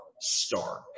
stark